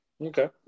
Okay